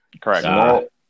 Correct